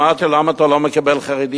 אמרתי לו: למה אתה לא מקבל חרדים?